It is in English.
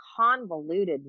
convoluted